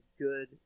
good